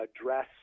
address